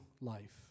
life